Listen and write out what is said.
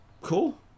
cool